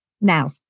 Now